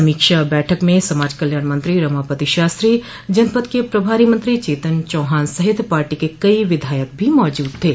समीक्षा बैठक में समाज कल्याण मंत्री रमापति शास्त्री जनपद के प्रभारी मंत्री चेतन चौहान सहित पार्टी के कई विधायक भी मौजूद थे